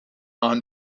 aan